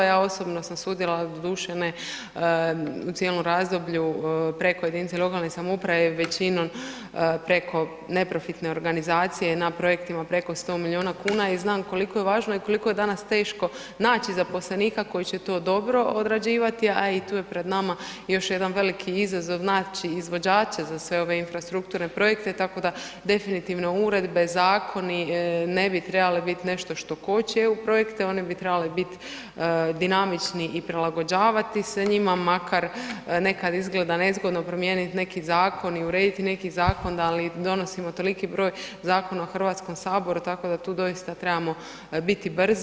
Ja osobno sam sudjelovala doduše ne u cijelom razdoblju preko jedinice lokalne samouprave većinom preko neprofitne organizacije na projektima preko 100 milijuna kuna i znam koliko je važno i koliko je danas teško naći zaposlenika koji će to dobro odrađivati, a i tu je pred nama još jedan veliki izazov naći izvođače za sve ove infrastrukturne projekte, tako da definitivno uredbe, zakoni ne bi trebali biti nešto što koči eu projekte, oni bi trebali biti dinamični i prilagođavati se njima, makar nekad izgleda nezgodno promijeniti neki zakon i urediti neki zakon, ali donosimo toliki broj zakona u Hrvatskom saboru tako da tu doista trebamo biti brzi.